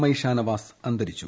I N Shanavas അന്തരിച്ചു